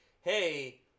hey